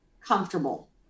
comfortable